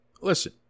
Listen